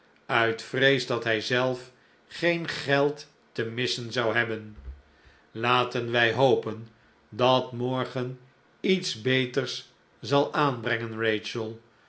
uit vrees dat hij zelf geen geld te missen zou hebben lateu wij hopen dat morgen iets beters zal aanbrengen